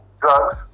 drugs